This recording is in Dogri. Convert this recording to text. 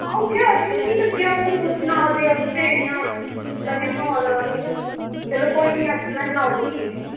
आं ते हून असेंगी लब्भेआ ते तुस सनादे ते अस इंया होआ दा की चलो कोई निं में सनाई ओड़गी उ'नेंगी